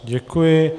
Děkuji.